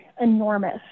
enormous